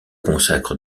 consacre